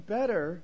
better